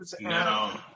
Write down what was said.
no